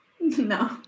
no